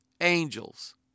angels